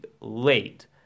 late